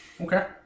okay